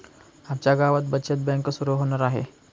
आमच्या गावात बचत बँक सुरू होणार आहे